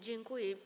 Dziękuję.